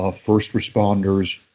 ah first responders.